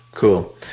Cool